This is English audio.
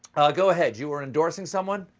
go ahead. you were endorsing someone?